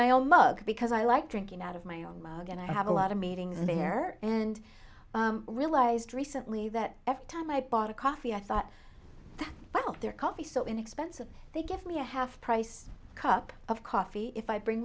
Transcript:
my own mug because i like drinking out of my own mug and i have a lot of meetings there and realized recently that every time i bought a coffee i thought well they're coffee so inexpensive they give me a half price cup of coffee if i bring